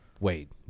wait